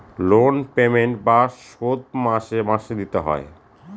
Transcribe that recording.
loan payment বা শোধ মাসে মাসে দিতে হয়